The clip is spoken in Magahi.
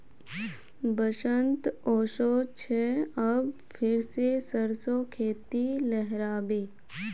बसंत ओशो छे अब फिर से सरसो खेती लहराबे उठ बे